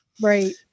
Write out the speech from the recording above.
Right